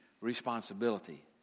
responsibility